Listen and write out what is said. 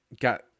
got